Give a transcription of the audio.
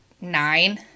nine